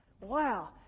wow